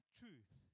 truth